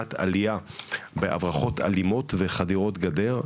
מגמת עלייה בהברחות אלימות וחדירות גדר.